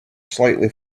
slightly